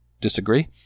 disagree